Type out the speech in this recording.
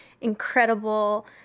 incredible